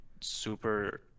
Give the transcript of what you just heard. super